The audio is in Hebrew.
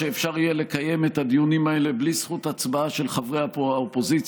אפשר יהיה לקיים את הדיונים האלה בלי זכות הצבעה של חברי האופוזיציה,